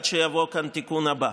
עד שיבוא התיקון הבא.